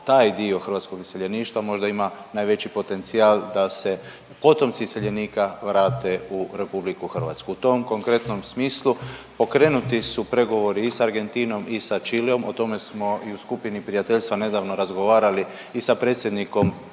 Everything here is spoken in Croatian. taj dio hrvatskog iseljeništva možda ima najveći potencijal da se potomci iseljenika vrate u RH. U tom konkretnom smislu pokrenuti su pregovori i s Argentinom i sa Čileom, o tome smo i u skupini prijateljstva nedavno razgovarali i sa predsjednikom čileanskog